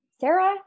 Sarah